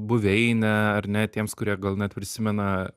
buveinę ar ne tiems kurie gal net prisimena